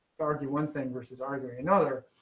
aren't you one thing versus aren't doing another.